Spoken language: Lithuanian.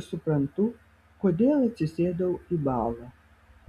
ir suprantu kodėl atsisėdau į balą